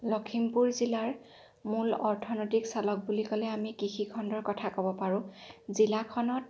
লখিমপুৰ জিলাৰ মূল অৰ্থনৈতিক চালক বুলি ক'লে আমি কৃষিখণ্ডৰ কথা ক'ব পাৰোঁ জিলাখনত